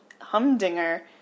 humdinger